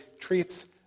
treats